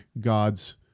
God's